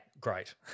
great